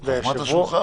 אמרת: שולחן.